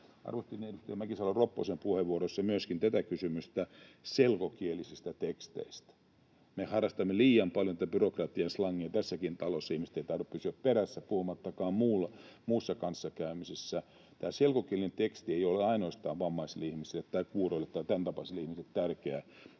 Arvostin edustaja Mäkisalo-Ropposen puheenvuorossa myöskin tätä kysymystä selkokielisistä teksteistä. Me harrastamme liian paljon byrokratian slangia tässäkin talossa — ihmiset eivät tahdo pysyä perässä — puhumattakaan muussa kanssakäymisessä. Selkokielinen teksti ei ole tärkeä ainoastaan vammaisille ihmisille tai kuuroille tai